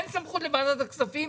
אין סמכות לוועדת הכספים?